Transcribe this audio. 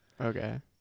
Okay